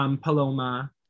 Paloma